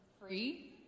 Free